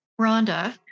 Rhonda